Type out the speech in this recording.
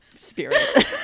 spirit